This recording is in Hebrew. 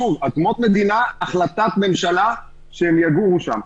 שוב, אדמות מדינה, החלטת ממשלה שהם יגורו שם.